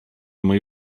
moi